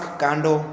candle